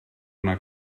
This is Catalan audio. una